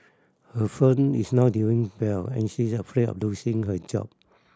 her firm is not doing well and she is afraid of losing her job